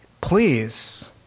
Please